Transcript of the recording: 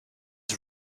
his